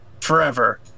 forever